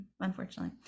unfortunately